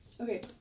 Okay